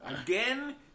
Again